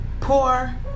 poor